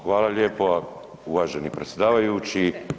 Hvala lijepa uvaženi predsjedavajući.